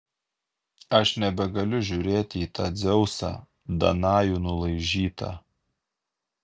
aš nebegaliu žiūrėti į tą dzeusą danajų nulaižytą